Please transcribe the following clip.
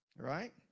right